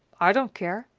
i don't care,